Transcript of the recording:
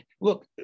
Look